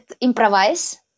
improvise